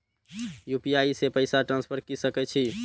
UPI से पैसा transfer की सके छी?